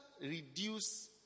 reduce